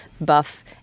buff